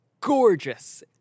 gorgeous